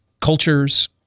cultures